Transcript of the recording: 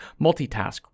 Multitask